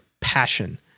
passion